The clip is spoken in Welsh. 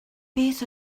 beth